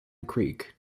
creek